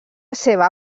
seva